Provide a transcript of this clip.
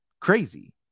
crazy